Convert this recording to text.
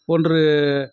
ஒன்று